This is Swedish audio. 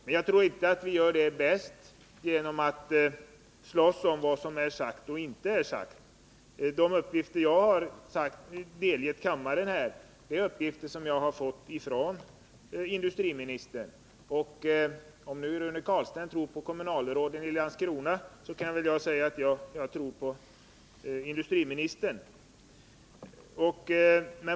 Men jag tror inte att vi bäst gör det genom att slåss om vad som är sagt och vad som inte är sagt. De uppgifter jag har delgett kammaren har jag fått från industriministern. Om nu Rune Carlstein tror på kommunalråden i Landskrona, kan väl jag säga att jag tror på industriministern.